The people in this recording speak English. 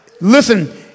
Listen